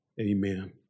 Amen